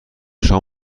شما